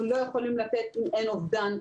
במקרה הזה אין אובדן,